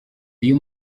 iyo